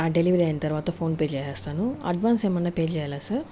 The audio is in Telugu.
ఆ డెలివరి అయిన తర్వాత ఫోన్ పే చేస్తాను అడ్వాన్స్ ఏమైన్నాపే చెయ్యాలా సార్